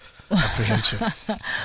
apprehension